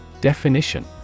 Definition